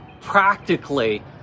practically